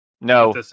No